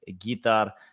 guitar